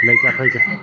लैका फैका